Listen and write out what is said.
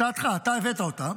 הצעתך, אתה הבאת אותה,